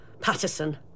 Patterson